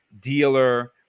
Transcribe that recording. Dealer